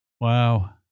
Wow